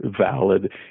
valid